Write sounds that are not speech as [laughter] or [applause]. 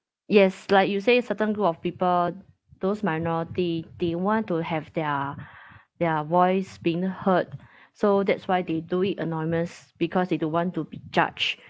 yes like you say certain group of people those minority they want to have their [breath] their voice being heard so that's why they do it anonymous because they don't want to be judged